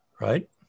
right